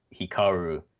Hikaru